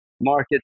market